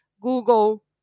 Google